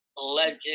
legend